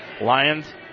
Lions